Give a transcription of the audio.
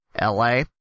LA